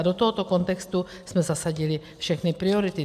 A do tohoto kontextu jsme zasadili všechny priority.